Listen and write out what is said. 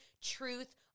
truth